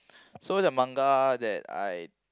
so the manga that I